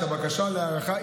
את הבקשה להארכה,